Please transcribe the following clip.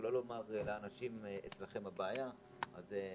ולא לומר לאנשים שהבעיה היא אצלם.